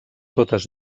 totes